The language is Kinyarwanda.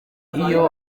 iyo